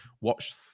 watch